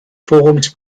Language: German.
forums